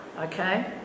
okay